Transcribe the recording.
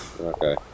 Okay